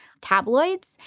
tabloids